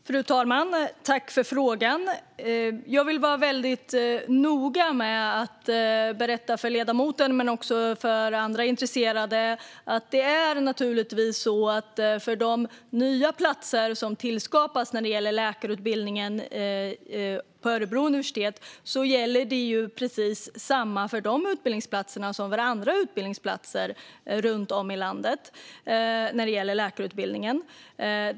Fru talman! Tack för frågan! Jag vill vara väldigt noga med att berätta för ledamoten men också andra intresserade att för de nya platser som tillskapas för läkarutbildningen vid Örebro universitet gäller precis detsamma som för andra utbildningsplatser runt om i landet för läkarutbildningen.